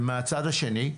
ומהצד השני,